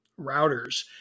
routers